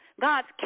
God's